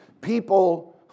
People